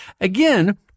again